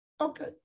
Okay